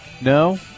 No